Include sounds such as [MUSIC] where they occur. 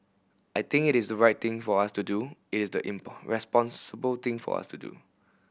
I think it is the right thing for us to do it is the [UNINTELLIGIBLE] responsible thing for us to do